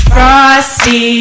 Frosty